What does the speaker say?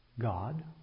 God